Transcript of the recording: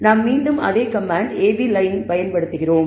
நாம் மீண்டும் அதே கமாண்ட் ab lineab லயன் பயன்படுத்துகிறோம்